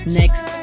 next